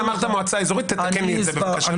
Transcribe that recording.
אתה אמרת מועצה אזורית, תתקן לי את זה בבקשה.